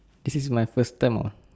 this is my first time [what]